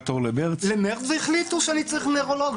למרץ, והחליטו שאני צריך נוירולוג.